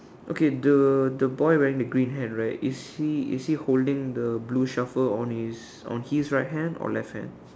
okay the the boy wearing the green hat right is he is he holding the blue shovel on his on his right hand or left hand